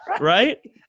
right